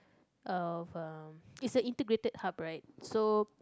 of uh is a integrated hub right so